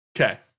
Okay